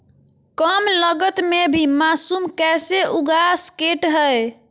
कम लगत मे भी मासूम कैसे उगा स्केट है?